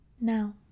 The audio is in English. Now